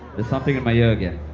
there's something in my ear again.